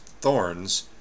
thorns